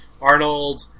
Arnold